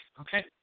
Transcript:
okay